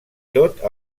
tot